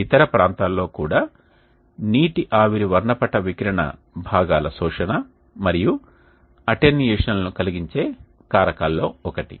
ఇతర ప్రాంతాల్లో కూడా నీటి ఆవిరి వర్ణపట వికిరణ భాగాల శోషణ మరియు అటెన్యుయేషన్ను కలిగించే కారకాల్లో ఒకటి